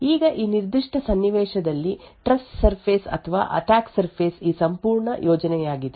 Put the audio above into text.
ಈಗ ಈ ನಿರ್ದಿಷ್ಟ ಸನ್ನಿವೇಶದಲ್ಲಿ ಟ್ರಸ್ಟ್ ಸರ್ಫೇಸ್ ಅಥವಾ ಅಟ್ಯಾಕ್ ಸರ್ಫೇಸ್ ಈ ಸಂಪೂರ್ಣ ಯೋಜನೆಯಾಗಿದೆ